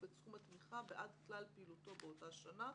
את סכום התמיכה בעד כלל פעילותו באותה שנה,